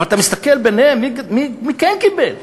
אבל אתה מסתכל ביניהם מי כן קיבל: